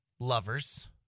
Lovers